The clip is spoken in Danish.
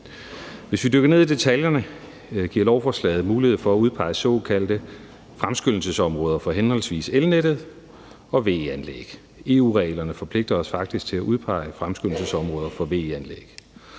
Hvis vi dykker ned i detaljerne, kan vi se, at lovforslaget giver mulighed for at udpege såkaldte fremskyndelsesområder for henholdsvis elnettet og VE-anlæg. EU-reglerne forpligter os faktisk til at udpege fremskyndelsesområder for VE-anlæg.